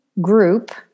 group